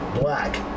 black